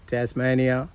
Tasmania